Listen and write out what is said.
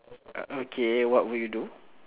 uh okay what would you do